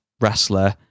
wrestler